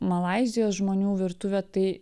malaizijos žmonių virtuvę tai